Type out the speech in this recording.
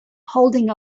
holding